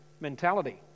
mentality